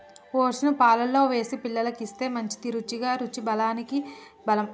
oats ను పాలల్లో వేసి పిల్లలకు ఇస్తే మంచిది, రుచికి రుచి బలానికి బలం